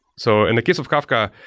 so in the case of kafka,